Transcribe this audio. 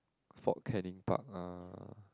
Fort Canning park ah